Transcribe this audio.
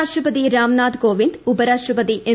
രാഷ്ട്രപതി രാംനാഥ് കോവിന്ദ് ഉപരാഷ്ട്രപതി എം